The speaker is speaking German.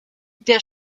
der